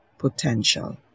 potential